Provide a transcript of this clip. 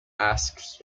asks